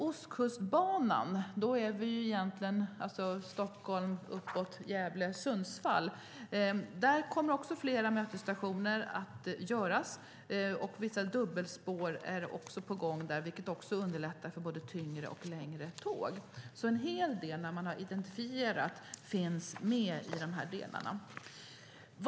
Även på Ostkustbanan från Stockholm och upp mot Gävle och Sundsvall kommer fler mötesstationer att göras. Vissa dubbelspår är på gång även där, vilket underlättar för både tyngre och längre tåg. En hel del som man har identifierat finns alltså med i de här delarna.